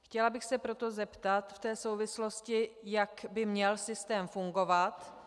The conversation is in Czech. Chtěla bych se proto zeptat v této souvislosti, jak by měl systém fungovat.